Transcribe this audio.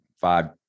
five